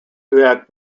that